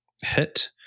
hit